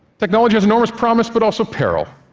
technology has enormous promise but also peril.